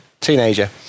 Teenager